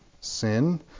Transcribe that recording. sin